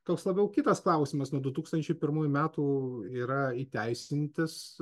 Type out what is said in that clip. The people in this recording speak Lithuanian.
toks labiau kitas klausimas nuo du tūkstančiai pirmųjų metų yra įteisintas